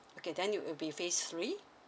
okay then it will be phase three